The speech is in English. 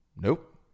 Nope